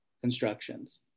constructions